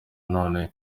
none